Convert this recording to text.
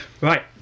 Right